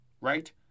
right